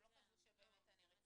הם לא חשבו שבאמת אני רצינית.